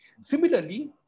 Similarly